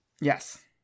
Yes